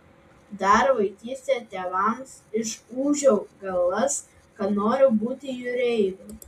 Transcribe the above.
dar vaikystėje tėvams išūžiau galvas kad noriu būti jūreiviu